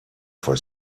for